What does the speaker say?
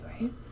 right